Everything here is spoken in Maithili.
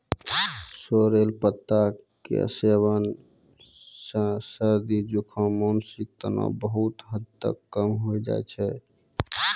सोरेल पत्ता के सेवन सॅ सर्दी, जुकाम, मानसिक तनाव बहुत हद तक कम होय छै